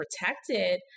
protected